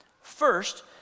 First